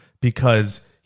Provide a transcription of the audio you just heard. because-